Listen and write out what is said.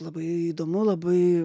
labai įdomu labai